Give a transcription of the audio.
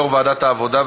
יושב-ראש ועדת העבודה,